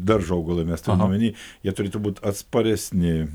daržo augalai mes turim omeny jie turėtų būti atsparesni